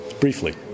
briefly